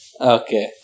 Okay